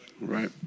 Right